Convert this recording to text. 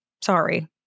Sorry